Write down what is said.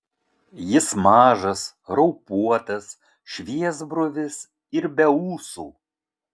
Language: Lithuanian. jis mažas raupuotas šviesbruvis ir be ūsų